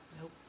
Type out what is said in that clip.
Nope